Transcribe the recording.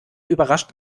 überrascht